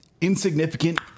insignificant